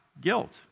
guilt